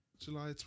July